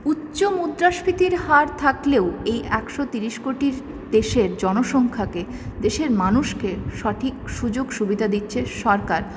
উচ্চ মুদ্রাস্ফীতির হার থাকলেও এই একশো তিরিশ কোটির দেশের জনসংখ্যাকে দেশের মানুষকে সঠিক সুযোগ সুবিধা দিচ্ছে সরকার